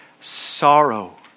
sorrow